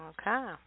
Okay